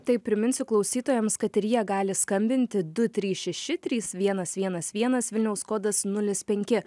taip priminsiu klausytojams kad ir jie gali skambinti du trys šeši trys vienas vienas vienas vilniaus kodas nulis penki